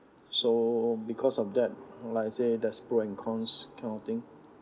so because of that like I say there's pros and cons kind of thing